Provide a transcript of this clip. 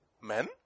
men